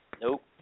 nope